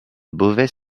beauvais